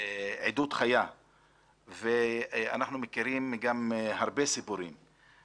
עדות חיה ואנחנו מכירים הרבה סיפורים